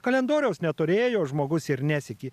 kalendoriaus neturėjo žmogus ir nesekė